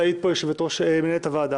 תעיד על זה מנהלת הוועדה,